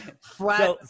flat